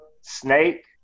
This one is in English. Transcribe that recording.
snake